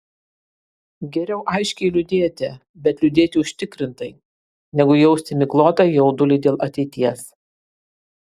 geriau aiškiai liūdėti bet liūdėti užtikrintai negu jausti miglotą jaudulį dėl ateities